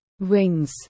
Wings